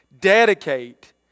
Dedicate